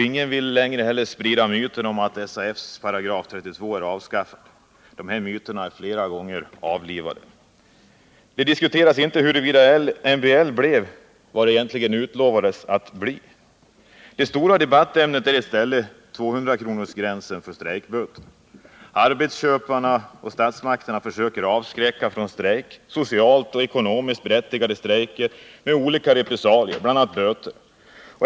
Ingen vill heller sprida myten om att SAF:s § 32 är avskaffad. De här myterna har flera gånger blivit avlivade. Det diskuteras inte huruvida MBL blev vad MBL egentligen utlovades att bli. Det stora debattämnet är i stället 200-kronorsgränsen för strejkböter. Arbetsköparna och statsmakterna försöker avskräcka från socialt och ekonomiskt berättigade strejker med olika repressalier, bl.a. böter.